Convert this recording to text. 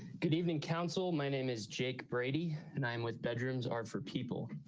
good evening council. my name is jake brady and i'm with bedrooms are for people.